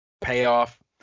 payoff